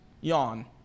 yawn